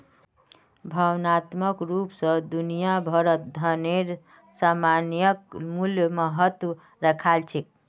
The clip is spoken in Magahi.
भावनात्मक रूप स दुनिया भरत धनेर सामयिक मूल्य महत्व राख छेक